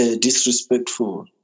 disrespectful